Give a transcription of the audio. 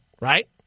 right